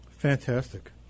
Fantastic